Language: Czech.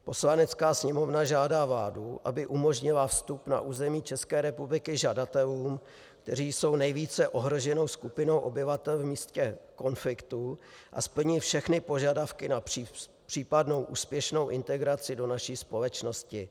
Poslanecká sněmovna žádá vládu, aby umožnila vstup na území České republiky žadatelům, kteří jsou nejvíce ohroženou skupinou obyvatel v místě konfliktu a splní všechny požadavky na případnou úspěšnou integraci do naší společnosti.